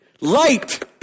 Light